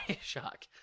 shock